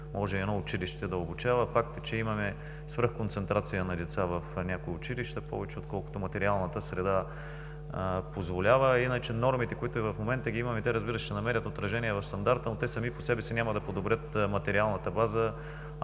може едно училище да обучава. Факт е, че имаме свръх концентрация на деца в някои училища – повече отколкото материалната среда позволява. А иначе нормите, които и в момента имаме, разбира се, ще намерят отражение в стандарта, но сами по себе си няма да подобрят материалната база,